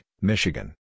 Michigan